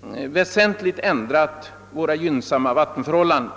befolkningen väsentligt ändrat våra gynnsamma vattenförhållanden.